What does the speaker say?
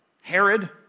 Herod